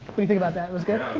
you think about that, looks good?